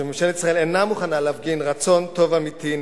שממשלת ישראל אינה מוכנה להפגין רצון טוב אמיתי,